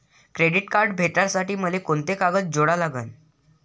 Credit card भेटासाठी मले कोंते कागद जोडा लागन?